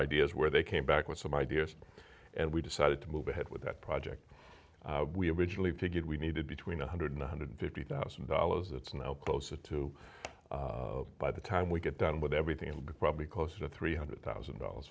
ideas where they came back with some ideas and we decided to move ahead with that project we originally figured we needed between one hundred one hundred fifty thousand dollars it's now closer to by the time we get done with everything and probably closer to three hundred thousand dollars